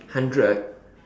hundred